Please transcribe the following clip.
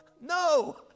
No